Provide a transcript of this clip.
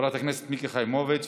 חברת הכנסת מיקי חיימוביץ',